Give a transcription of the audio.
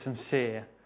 sincere